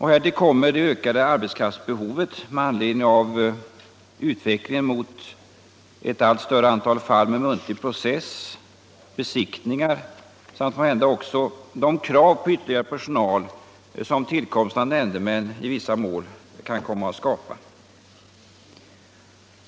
Härtill kommer det ökade arbetskraftsbehovet med anledning av utvecklingen mot ett allt större antal fall med offentlig process och med besiktningar, samt måhända också de krav på ytterligare personal som tillkomsten av nämndemän i vissa mål kan skapa.